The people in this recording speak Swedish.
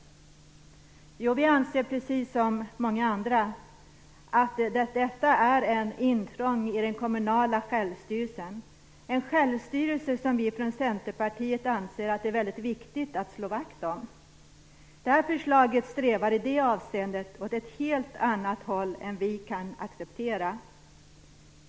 Jo, vi anser precis som många andra att detta är ett intrång i den kommunala självstyrelsen, en självstyrelse som vi från Centerpartiet anser att det är väldigt viktigt att slå vakt om. Det här förslaget strävar i det avseendet åt ett helt annat håll än vi kan acceptera.